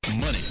Money